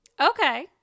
Okay